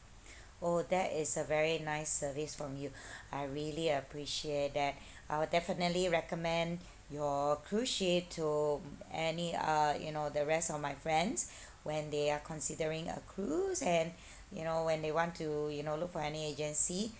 oh that is a very nice service from you I really appreciate that I'll definitely recommend your cruise ship to any uh you know the rest of my friends when they are considering a cruise and you know when they want to you know look for any agency